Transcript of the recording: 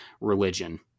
religion